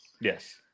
Yes